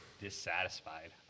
dissatisfied